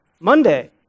Monday